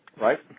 Right